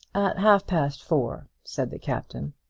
at half-past four, said the captain.